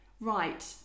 right